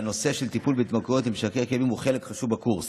והנושא של טיפול בהתמכרויות למשככי כאבים הוא חלק חשוב בקורס.